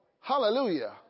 Hallelujah